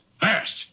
Fast